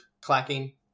clacking